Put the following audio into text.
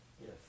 Yes